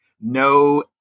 no